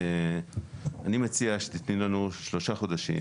אני מציע שתתני לנו שלושה חודשים,